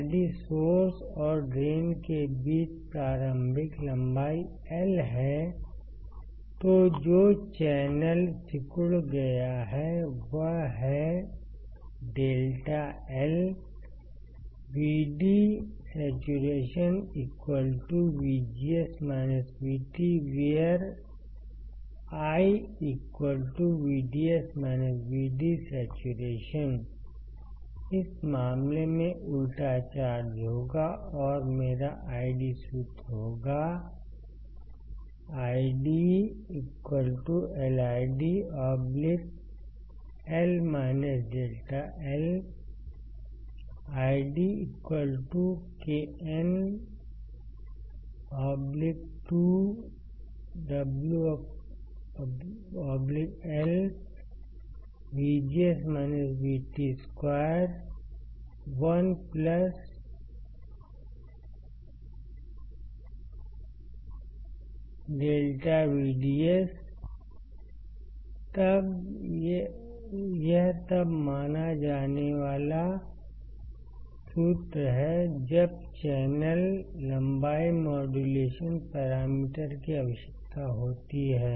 यदि सोर्स और ड्रेन के बीच प्रारंभिक लंबाई L है तो जो चैनल सिकुड़ गया है वह है ∆L VD saturation VGS VT where I VDS VD saturation इस मामले में उलटा चार्ज होगा और मेरा ID सूत्र होगा ID LIDL ∆L IDkn2WL2 1λVDS यह तब माना जाने वाला सूत्र है जब चैनल लंबाई मॉड्यूलेशन पैरामीटर की आवश्यकता होती है